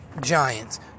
Giants